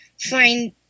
find